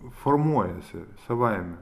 formuojasi savaime